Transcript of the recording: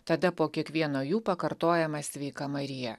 tada po kiekvieno jų pakartojamą sveika marija